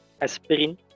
aspirin